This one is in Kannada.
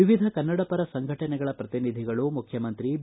ವಿವಿಧ ಕನ್ನಡಪರ ಸಂಘಟನೆಗಳ ಪ್ರತಿನಿಧಿಗಳು ಮುಖ್ಯಮಂತ್ರಿ ಬಿ